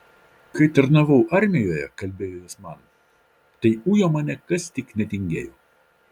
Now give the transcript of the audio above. kai tarnavau armijoje kalbėjo jis man tai ujo mane kas tik netingėjo